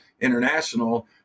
International